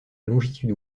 longitude